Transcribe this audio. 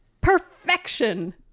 perfection